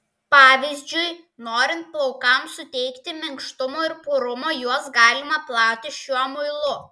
pavyzdžiui norint plaukams suteikti minkštumo ir purumo juos galima plauti šiuo muilu